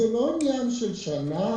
זה לא עניין של שנה,